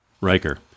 Riker